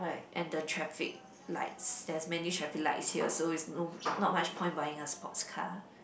and the traffic lights there's many traffic lights here so is no not much point buying a sports car